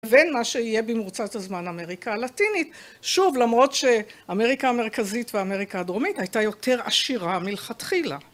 ובין מה שיהיה במורצת הזמן אמריקה הלטינית, שוב, למרות שאמריקה המרכזית ואמריקה הדרומית הייתה יותר עשירה מלכתחילה.